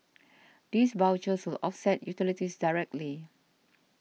these vouchers will offset utilities directly